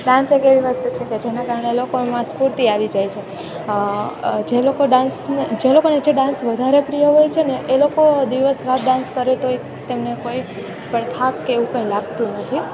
dance એક એવી વસ્તુ છે કે જેના કારણે લોકોમાં સ્ફૂર્તિ આવી જાય છે જે લોકો ડાન્સને જે લોકોના જે ડાન્સ વધારે પ્રિય હોય છેને એ લોકો દિવસ રાત ડાન્સ કરે તો ય તેમને કોઈ પણ થાક કે એવું કાંઇ લાગતું નથી